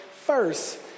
First